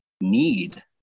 need